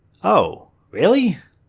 oh really?